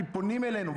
כי פונים אלינו,